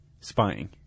spying